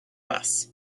bus